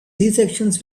sections